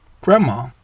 Grandma